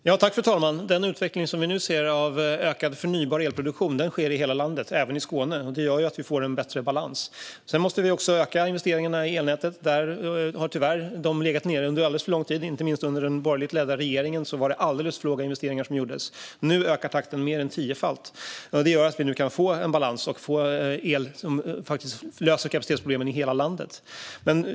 Fru talman! Den utveckling vi nu ser av ökad produktion av förnybar el sker i hela landet, även i Skåne. Det gör att vi får en bättre balans. Vi måste också öka investeringarna i elnätet. De har tyvärr legat nere under alldeles för lång tid. Inte minst under den borgerliga regeringen var det alldeles för låga investeringar som gjordes. Nu ökar takten mer än tiofalt. Det gör att vi kan få balans och få el som faktiskt löser kapacitetsproblemen i hela landet.